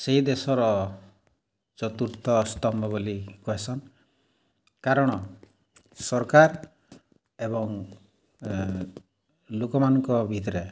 ସେଇ ଦେଶର ଚତୁର୍ଥ ସ୍ତମ୍ଭ ବଲି କହେସନ୍ କାରଣ ସର୍କାର୍ ଏବଂ ଲୋକମାନଙ୍କ ଭିତରେ୍